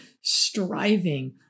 striving